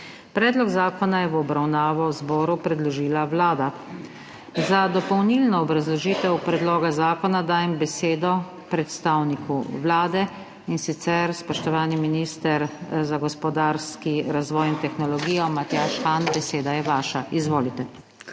Predlog zakona je v obravnavo zboru predložila Vlada. Za dopolnilno obrazložitev predloga zakona dajem besedo predstavniku Vlade, in sicer spoštovanemu ministru za gospodarski razvoj in tehnologijo Matjažu Hanu. Beseda je vaša. Izvolite.